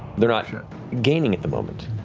they're not yeah gaining at the moment,